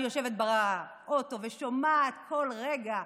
אני יושבת באוטו ושומעת כל רגע,